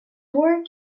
work